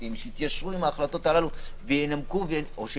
המשפטיים שיתיישרו עם ההחלטות הללו או שישנו,